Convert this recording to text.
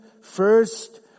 first